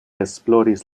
esploris